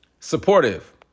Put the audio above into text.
Supportive